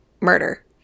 Murder